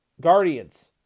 Guardians